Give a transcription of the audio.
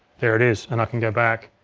there it is, and i can go back.